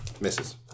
misses